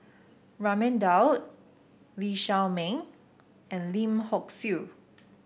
Raman Daud Lee Shao Meng and Lim Hock Siew